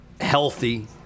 Healthy